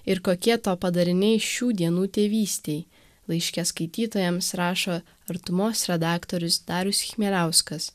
ir kokie to padariniai šių dienų tėvystei laiške skaitytojams rašo artumos redaktorius darius chmieliauskas